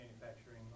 manufacturing